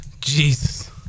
Jesus